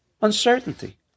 uncertainty